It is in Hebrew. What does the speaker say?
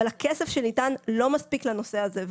אבל הכסף שניתן לא מספיק לנושא הזה,